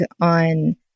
on